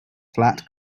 flat